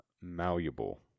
malleable